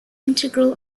integral